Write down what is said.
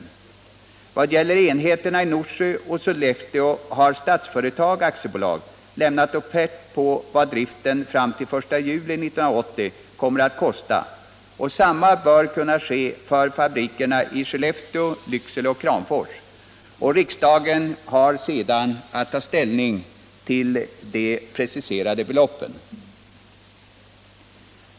I vad gäller enheterna i Norsjö och Sollefteå har Statsföretag AB lämnat offert på vad driften fram till den 1 juli 1980 kommer att kosta, och detsamma bör kunna ske när det gäller fabrikerna i Skellefteå, Lycksele och Kramfors. Riksdagen har sedan att ta ställning till de preciserade beloppen.